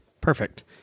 Perfect